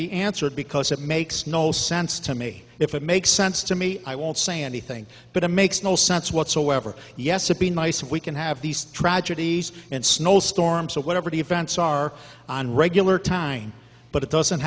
be answered because it makes no sense to me if it makes sense to me i won't say anything but it makes no sense whatsoever yes it be nice if we can have these tragedies and snowstorms so whatever the events are on regular time but it doesn't